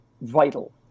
vital